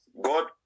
God